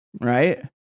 Right